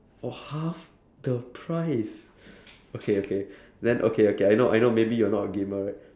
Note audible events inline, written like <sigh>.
for half the price <breath> okay okay then okay okay I know I know maybe you're not a gamer right